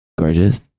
Gorgeous